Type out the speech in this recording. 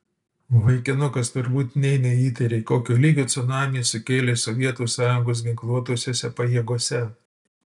vaikinukas turbūt nė neįtarė kokio lygio cunamį sukėlė sovietų sąjungos ginkluotosiose pajėgose